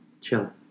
Chill